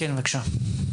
בבקשה.